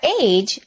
age